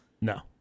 No